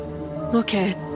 Okay